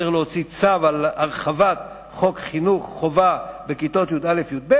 שר החינוך צריך להוציא צו על הרחבת חוק חינוך חובה בכיתות י"א י"ב,